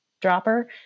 dropper